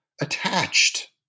attached